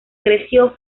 creció